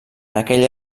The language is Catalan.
aquella